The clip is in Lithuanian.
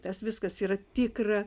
tas viskas yra tikra